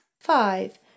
Five